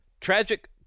Tragic